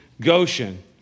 Goshen